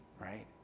Right